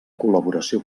col·laboració